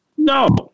No